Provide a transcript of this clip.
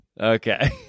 Okay